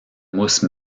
mousse